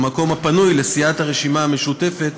במקום הפנוי לסיעת הרשימה המשותפת,